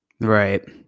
Right